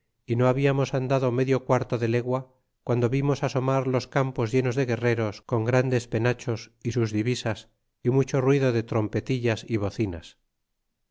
y no habiamos andado medio quarto de legua guando vimos asomar los campos llenos de guerreros con grandes penachos y sus divisas y mucho ruido de trompetillas y bocinas